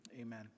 amen